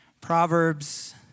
Proverbs